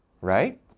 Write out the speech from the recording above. right